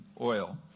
oil